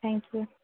thank you